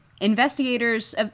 Investigators